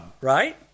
right